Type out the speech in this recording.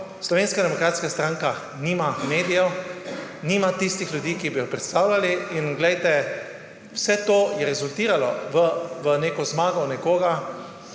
Slovenska demokratska stranka nima medijev, nima tistih ljudi, ki bi jo predstavljali. In glejte, vse to je rezultiralo v neko zmago nekoga,